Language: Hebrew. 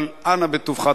אבל אנא בטובך,